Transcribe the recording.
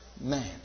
man